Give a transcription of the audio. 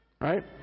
Right